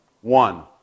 one